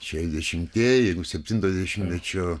šešiasdešimtieji septinto dešimtmečio